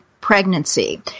pregnancy